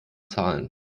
zahlen